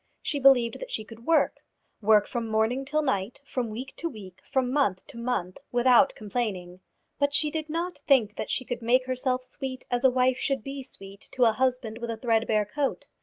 she believed that she could work work from morning till night, from week to week, from month to month, without complaining but she did not think that she could make herself sweet as a wife should be sweet to a husband with a threadbare coat,